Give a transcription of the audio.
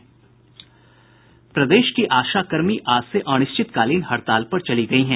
प्रदेश की आशा कर्मी आज से अनिश्चितकालीन हड़ताल पर चली गयी हैं